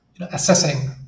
assessing